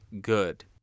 good